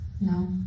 No